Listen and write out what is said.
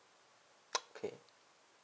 okay